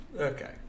Okay